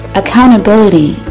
accountability